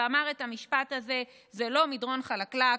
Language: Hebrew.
ואמר את המשפט הזה: זה לא מדרון חלקלק,